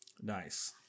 nice